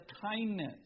kindness